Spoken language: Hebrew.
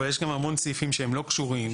אבל יש גם המון סעיפים שהם לא קשורים,